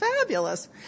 fabulous